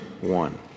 one